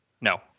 No